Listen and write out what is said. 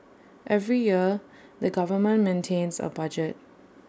every year the government maintains A budget